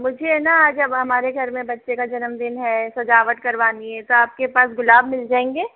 मुझे है ना आज हमारे घर में बच्चे का जन्मदिन है सजावट करनी है तो आपके पास गुलाब मिल जाएंगे